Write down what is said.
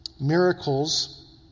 miracles